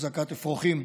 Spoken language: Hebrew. החזקת אפרוחים,